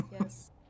Yes